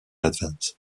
advance